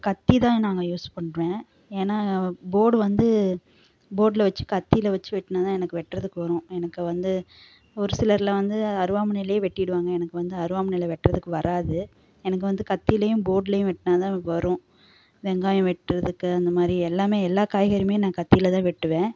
கத்தி தான் நாங்கள் யூஸ் பண்ணுறேன் ஏன்னால் போர்டு வந்து போர்டில் வெச்சு கத்தியில் வெச்சு வெட்டுனால் தான் எனக்கு வெட்டுறதுக்கு வரும் எனக்கு வந்து ஒரு சிலரெலாம் வந்து அருவாமணையிலே வெட்டிடுவாங்க எனக்கு வந்து அருவாமணையில் வெட்டுறதுக்கு வராது எனக்கு வந்து கத்திலேயும் போர்ட்லேயும் வெட்டுனா தான் வரும் வெங்காயம் வெட்டுறதுக்கு அந்த மாதிரி எல்லாமே எல்லாம் காய்கறியுமே நான் கத்தியில் தான் வெட்டுவேன்